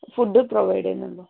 food provide ചെയ്യുന്നുണ്ടോ